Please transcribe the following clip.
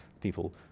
people